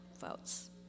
votes